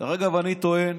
דרך אגב, אני טוען